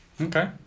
Okay